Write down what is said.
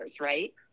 right